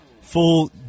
full